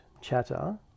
chatter